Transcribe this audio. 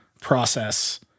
process